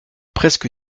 presque